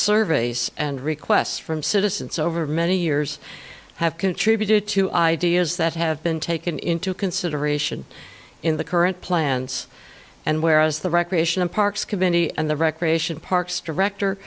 surveys and requests from citizens over many years have contributed to ideas that have been taken into consideration in the current plans and whereas the recreation and parks committee and the recreation parks director